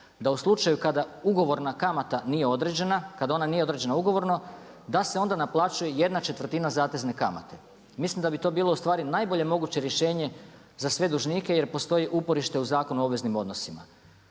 da u slučaju kada ugovorna kamata nije određena, kada ona nije određena ugovorno, da se onda naplaćuje jedna četvrtina zatezne kamate. Mislim da bi to bilo najbolje moguće rješenje za sve dužnike jer postoji uporište u Zakonu o obveznim odnosima.